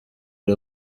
ari